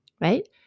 right